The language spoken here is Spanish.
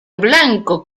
blanco